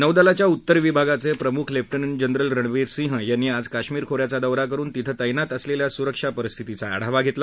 नौदलाच्या उत्तर विभागाचे प्रमुख लेफ्टनंट जनरल रणबीर सिंह यांनी आज कश्मीर खोऱ्याचा दौरा करून तिथं तैनात असलेल्या सुरक्षा परिस्थितीचा आढावा घेतला